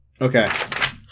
Okay